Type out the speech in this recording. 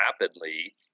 rapidly